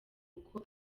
kuko